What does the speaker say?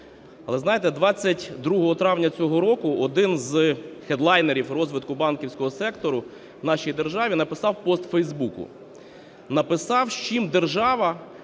Але знаєте, 22 травня цього року один з хедлайнерів розвитку банківського сектору в нашій державі написав пост у фейсбуці. Написав, чим держава